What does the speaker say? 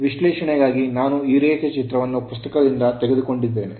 ವಿಶ್ಲೇಷಣೆಗಾಗಿ ನಾನು ಈ ರೇಖಾಚಿತ್ರವನ್ನು ಪುಸ್ತಕದಿಂದ ತೆಗೆದುಕೊಂಡಿದ್ದೇನೆ